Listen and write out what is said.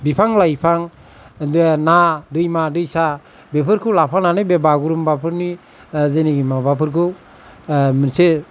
बिफां लाइफां ना दैमा दैसा बेफोरखौ लाफानानै बे बागुरुम्बाफोरनि जेनोखि माबाफोरखौ मोनसे